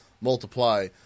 multiply